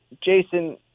Jason